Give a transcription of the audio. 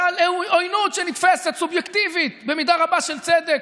ועוינות שנתפסת, סובייקטיבית, במידה רבה של צדק,